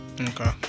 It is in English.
Okay